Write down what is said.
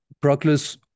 Proclus